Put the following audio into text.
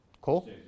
Cool